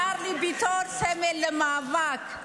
צ'רלי ביטון סמל למאבק.